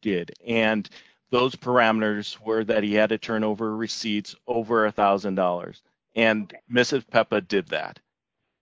did and those parameters were that he had to turn over receipts over a one thousand dollars and mrs peppa did that